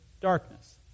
darkness